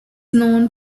known